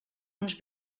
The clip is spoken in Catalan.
uns